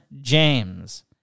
James